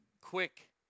quick